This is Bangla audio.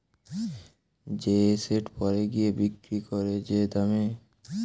যে এসেট পরে গিয়ে বিক্রি করে যে দামে